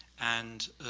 and